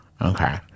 Okay